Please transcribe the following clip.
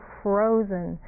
frozen